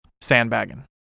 sandbagging